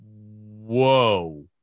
whoa